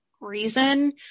reason